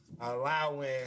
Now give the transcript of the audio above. allowing